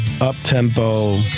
up-tempo